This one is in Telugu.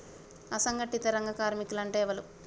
అసంఘటిత రంగ కార్మికులు అంటే ఎవలూ?